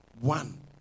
one